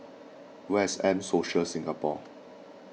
where is M Social Singapore